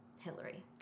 Hillary